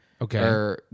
Okay